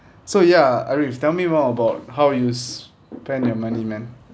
so ya arif tell me more about how is spend your money man